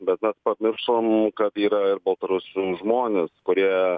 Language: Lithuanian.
bet mes pamiršom kad yra ir baltarusių žmonės kurie